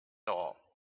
all